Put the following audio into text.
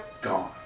Gone